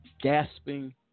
Gasping